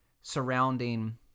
surrounding